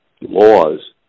laws